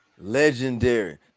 Legendary